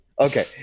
Okay